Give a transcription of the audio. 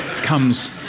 Comes